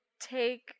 take